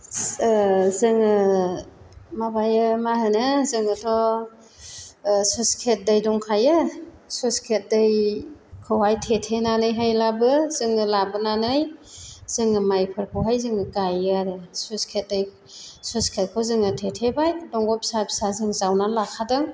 जोङो माबायो मा होनो जोङोथ' स्लुइस गेट दै दंखायो स्लुइस गेट दैखौहाय थेथेनानैहायब्लाबो जोङो लाबोनानै जोङो माइफोरखौहाय जोङो गायो आरो स्लुइस गेट स्लुइस गेटखौ जोङो थेथेबाय दंग' फिसा फिसा जों जावनानै लाखादों